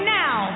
now